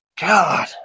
God